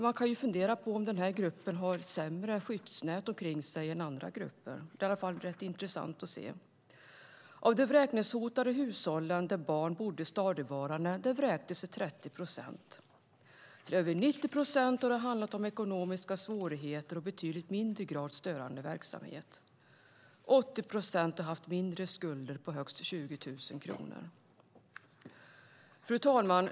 Man kan fundera på om denna grupp har ett sämre skyddsnät omkring sig än andra grupper. Det är i alla fall rätt intressant att se. Av de vräkningshotade hushållen där barn bodde stadigvarande vräktes 30 procent. Till över 90 procent har det handlat om ekonomiska svårigheter och i betydligt mindre grad om störande verksamhet. 80 procent har haft mindre skulder på högst 20 000 kronor. Fru talman!